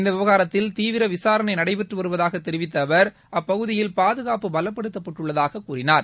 இந்த விவகாரத்தில் தீவிர விசாரணை நடைபெற்று வருவதாக தெரிவித்த அவர் அப்பகுதியில் பாதுகாப்பு பலப்படுத்தப்பட்டுள்ளதாக கூறினார்